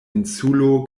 insulo